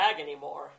anymore